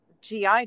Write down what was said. GI